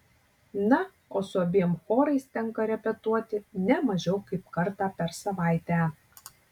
na o su abiem chorais tenka repetuoti ne mažiau kaip kartą per savaitę